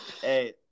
Hey